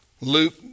Luke